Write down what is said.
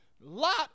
Lot